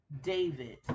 David